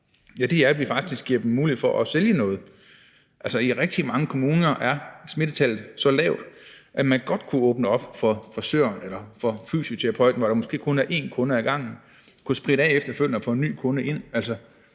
det er, at vi faktisk giver dem mulighed for at sælge noget. Altså, i rigtig mange kommuner er smittetallet så lavt, at man godt kunne åbne op for frisøren eller for fysioterapeuten, hvor der måske kun er en kunde ad gangen, og hvor man kunne spritte af efterfølgende og få en ny kunde ind.